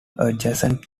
adjacent